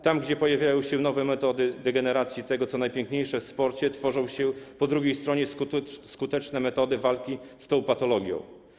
Tam gdzie pojawiają się nowe metody degeneracji tego, co najpiękniejsze w sporcie, tworzą się po drugiej stronie skuteczne metody walki z tą patologią.